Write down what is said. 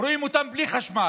והם רואים שהם בלי חשמל.